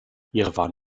jerewan